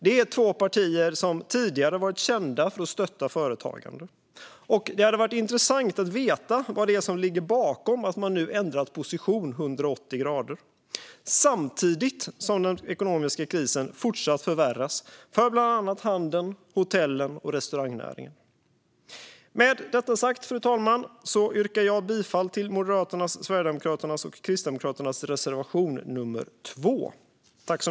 Det är två partier som tidigare har varit kända för att stötta företagande. Det hade varit intressant att veta vad som ligger bakom att man nu har ändrat sin position med 180 grader samtidigt som den ekonomiska krisen fortsätter att förvärras för bland annat handeln, hotellen och restaurangnäringen. Med detta sagt, fru talman, yrkar jag bifall till Moderaternas, Sverigedemokraternas och Kristdemokraternas reservation nummer 2.